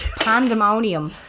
pandemonium